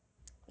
!wah!